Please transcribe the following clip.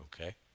okay